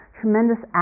tremendous